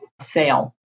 sale